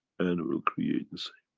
and will create the same.